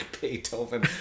beethoven